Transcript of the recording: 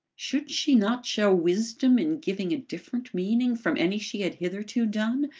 should she not show wisdom in giving a different meaning from any she had hitherto done,